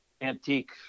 Antique